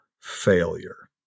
failure